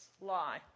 lie